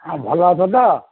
ହଁ ଭଲ ଅଛ ତ